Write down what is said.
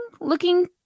looking